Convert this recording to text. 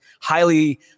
highly